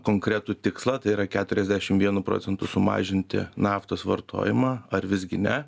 konkretų tikslą tai yra keturiasdešimt vienu procentu sumažinti naftos vartojimą ar visgi ne